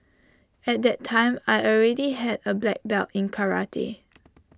at that time I already had A black belt in karate